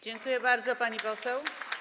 Dziękuję bardzo, pani poseł.